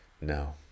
No